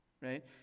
Right